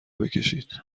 بکشید